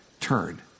turn